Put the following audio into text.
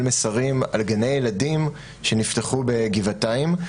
מסרים על גני הילדים שנפתחו בגבעתיים,